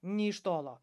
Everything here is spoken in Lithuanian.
nė iš tolo